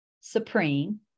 supreme